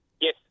Yes